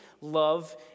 love